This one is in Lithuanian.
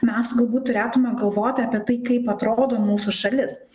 mes galbūt turėtume galvoti apie tai kaip atrodo mūsų šalis